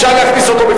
אפשר להכניס אותו.